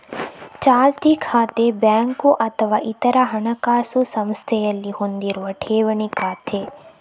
ಚಾಲ್ತಿ ಖಾತೆ ಬ್ಯಾಂಕು ಅಥವಾ ಇತರ ಹಣಕಾಸು ಸಂಸ್ಥೆಯಲ್ಲಿ ಹೊಂದಿರುವ ಠೇವಣಿ ಖಾತೆ